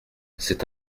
c’est